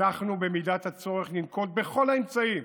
אנחנו, במידת הצורך, ננקוט את כל האמצעים